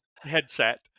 headset